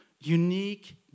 Unique